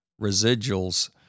residuals